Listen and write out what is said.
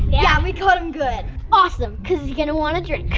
yeah we got him good! awesome cuz he's going to want a drink!